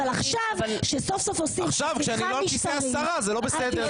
עכשיו, כשאת לא על כיסא השרה זה לא בסדר.